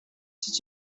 did